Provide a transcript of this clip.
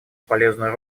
полезную